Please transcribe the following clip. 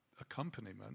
accompaniment